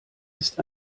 ist